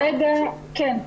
כן.